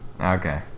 Okay